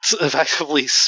effectively